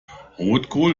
rotkohl